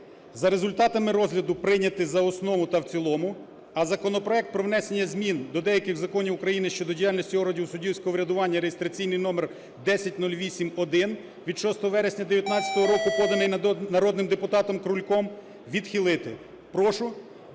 за результатами розгляду прийняти за основу та в цілому. А законопроект про внесення змін до деяких законів України щодо діяльності органів суддівського врядування (реєстраційний номер 1008-1) від 6 вересня 19-го року, поданий народним депутатом Крульком, відхилити. Прошу